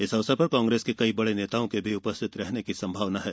इस अवसर पर कांग्रेस के कई बड़े नेताओं के भी उपस्थित रहने की संभावना है